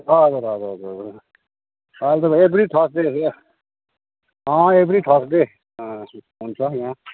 हजुर हजुर हुन्छ अहिले त एभ्री थर्सडे त अँ एभ्री थर्सडे अँ हुन्छ यहाँ